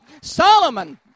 Solomon